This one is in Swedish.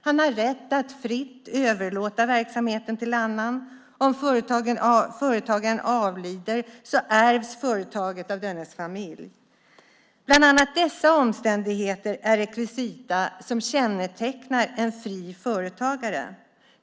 Han har rätt att fritt överlåta verksamheten till annan. Om företagaren avlider ärvs företaget av dennes familj. Bland annat dessa omständigheter är rekvisita som kännetecknar en fri företagare.